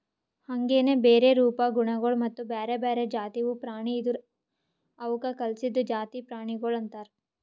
ಹಾಂಗೆನೆ ಬೇರೆ ರೂಪ, ಗುಣಗೊಳ್ ಮತ್ತ ಬ್ಯಾರೆ ಬ್ಯಾರೆ ಜಾತಿವು ಪ್ರಾಣಿ ಇದುರ್ ಅವುಕ್ ಕಲ್ಸಿದ್ದು ಜಾತಿ ಪ್ರಾಣಿಗೊಳ್ ಅಂತರ್